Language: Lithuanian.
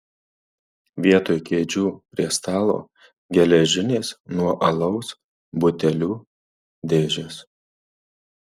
vietoj kėdžių prie stalo geležinės nuo alaus butelių dėžės